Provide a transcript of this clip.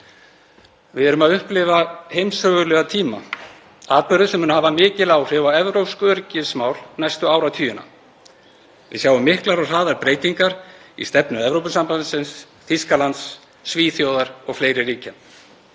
Við erum að upplifa heimssögulega tíma, atburði sem munu hafa mikil áhrif á evrópsk öryggismál næstu áratugina. Við sjáum miklar og hraðar breytingar á stefnu Evrópusambandsins, Þýskalands, Svíþjóðar og fleiri ríkja.